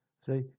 See